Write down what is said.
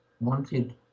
wanted